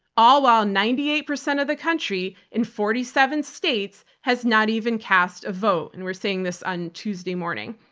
all while ninety eight percent of the country in forty seven states has not even cast a vote and we're saying this on tuesday morning.